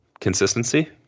Consistency